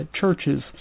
churches